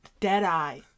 Deadeye